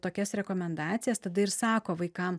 tokias rekomendacijas tada ir sako vaikam